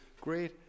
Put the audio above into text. great